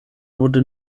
wurde